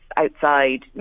Outside